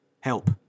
help